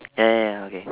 ya ya ya okay